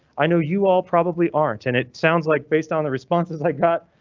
i know you all probably aren't. and it sounds like based on the responses i got,